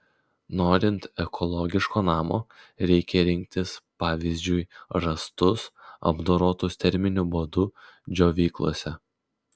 norint ekologiško namo reikia rinktis pavyzdžiui rąstus apdorotus terminiu būdu džiovyklose